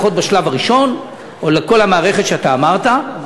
יהיו ילדים שילכו לקייטנה לפחות בשלב הראשון או לכל המערכת שאתה אמרת,